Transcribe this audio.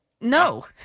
No